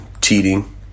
cheating